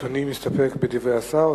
אדוני מסתפק בדברי השר?